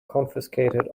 confiscated